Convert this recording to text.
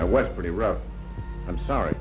and west pretty rough i'm sorry